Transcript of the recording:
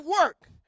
work